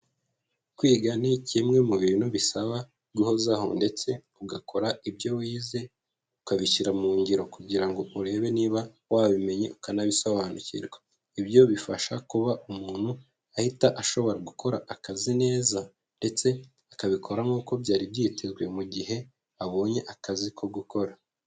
Kwiga ni kimwe mu bintu bisaba guhozaho ndetse ugakora ibyo wize, ukabishyira mu ngiro kugira ngo urebe niba wabimenye ukanabisobanukirwa, ibyo bifasha kuba umuntu ahita ashobora gukora akazi neza ndetse akabikora nk'uko byari byitezwe mu gihe abonye akazi ko gukora.